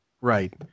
right